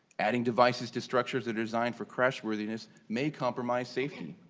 adding devices to structures that are designed for crashworthiness may compromise safety.